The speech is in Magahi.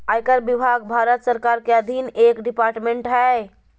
आयकर विभाग भारत सरकार के अधीन एक डिपार्टमेंट हय